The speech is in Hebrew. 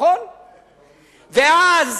ואז